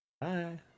Bye